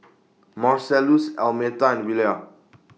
Marcellus Almeta and Willia